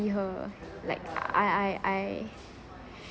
see her like I I I